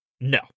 No